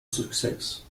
success